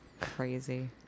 crazy